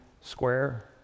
square